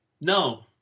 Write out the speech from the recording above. no